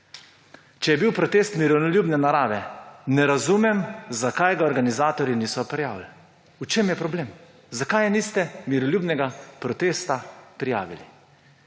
Če je bil protest miroljubne narave, ne razumem, zakaj ga organizatorji niso prijavili? V čem je problem, zakaj niste miroljubnega protesta prijavili?